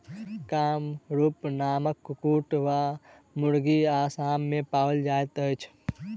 कामरूप नामक कुक्कुट वा मुर्गी असाम मे पाओल जाइत अछि